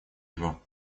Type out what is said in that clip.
его